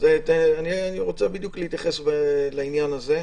אני רוצה בדיוק להתייחס לעניין הזה,